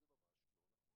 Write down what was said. זה ממש לא נכון.